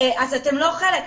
'אתן לא חלק'.